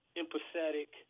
empathetic